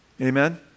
Amen